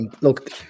Look